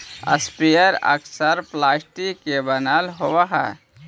sprayer अक्सर plastic के बनल होवऽ हई